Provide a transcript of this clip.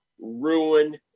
ruin